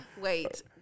wait